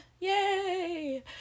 Yay